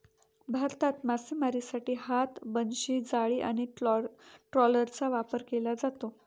भारतात मासेमारीसाठी हात, बनशी, जाळी आणि ट्रॉलरचा वापर केला जातो